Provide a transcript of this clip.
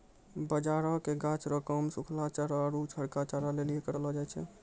बाजरा के गाछ रो काम सुखलहा चारा आरु हरका चारा लेली करलौ जाय छै